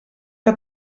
que